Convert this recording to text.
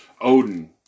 Odin